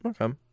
Okay